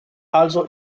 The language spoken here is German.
also